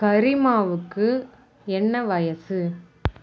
கரிமாவுக்கு என்ன வயசு